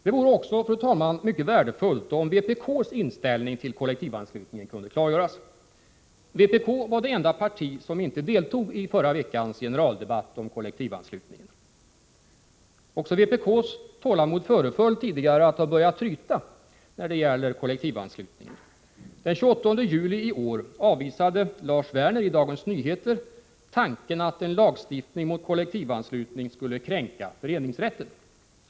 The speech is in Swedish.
Det vore också, fru talman, mycket värdefullt om vpk:s inställning till kollektivanslutningen kunde klargöras. Vpk är det enda parti som inte deltog i förra veckans generaldebatt om kollektivanslutningen. Även vpk:s tålamod föreföll tidigare ha börjat tryta när det gäller kollektivanslutningen. Den 28 julii år avvisade Lars Werner i Dagens Nyheter tanken att en lagstiftning mot kollektivanslutning skulle innebära en kränkning av föreningsrätten.